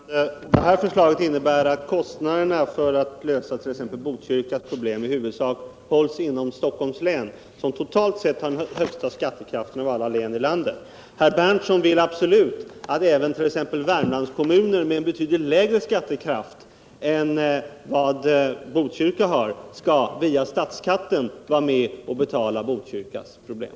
Herr talman! Det här förslaget innebär att kostnaderna för att lösa t.ex. Botkyrkas problem i huvudsak åvilar Stockholms län, som totalt sett har den högsta skattekraften av alla län i landet. Men herr Berndtson vill absolut att även exempelvis Värmlandskommuner med en betydligt lägre skattekraft än Botkyrkas skall via statsskatten vara med och klara Botkyrkas problem.